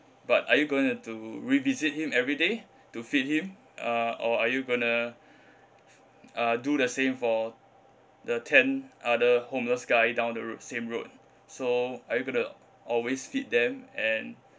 but are you going to revisit him everyday to feed him uh or are you going to uh do the same for the ten other homeless guy down the route same road so are you going to always feed them and